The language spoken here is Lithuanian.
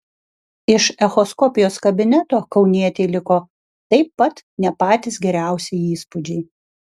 iš echoskopijos kabineto kaunietei liko taip pat ne patys geriausi įspūdžiai